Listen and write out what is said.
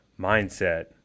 mindset